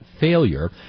failure